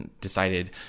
decided